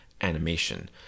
animation